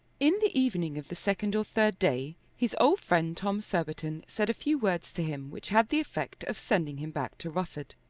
in the evening of the second or third day his old friend tom surbiton said a few words to him which had the effect of sending him back to rufford.